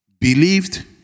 believed